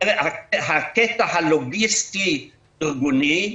בקטע הלוגיסטי-ארגוני,